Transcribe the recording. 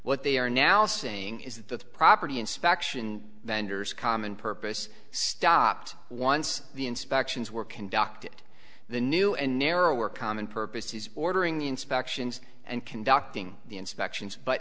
what they are now saying is the with property inspection vendors common purpose stopped once the inspections were conducted the new and narrower common purpose is ordering the inspections and conducting the inspections but